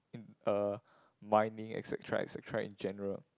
in uh mining et-cetera et-cetera in general